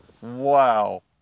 Wow